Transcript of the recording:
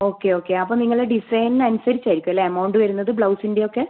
okay okay അപ്പം നിങ്ങളെ ഡിസൈനിന് അനുസരിച്ച് ആയിരിക്കും അല്ലേ എമൗണ്ട് വരുന്നത് ബ്ലൗസിൻ്റെ ഒക്കെ